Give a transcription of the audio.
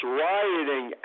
rioting